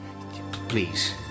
Please